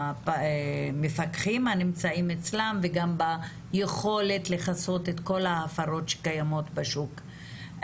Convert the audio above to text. המפקחים הנמצאים אצלם וגם ביכולת לכסות את כל ההפרות שקיימות בשוק,